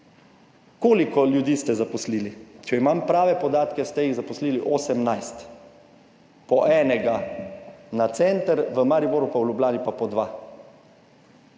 Koliko ljudi ste zaposlili? Če imam prave podatke, ste jih zaposlili 18, po enega na center, v Mariboru pa v Ljubljani pa po dva.